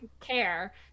care